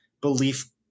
belief